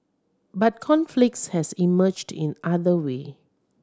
but conflicts has emerged in other way